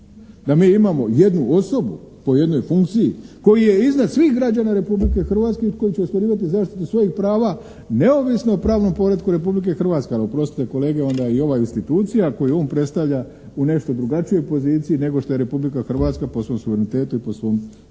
Da mi imamo jednu osobu po jednoj osobi koja je iznad svih građana Republike Hrvatske i koji će ostvarivati zaštitu svojih prava neovisno o pravnom poretku Republike Hrvatske. Ali oprostite kolege, onda je i ova institucija koju on predstavlja u nešto drugačijoj poziciji nego što je Republika Hrvatska po svom suverenitetu i po svojoj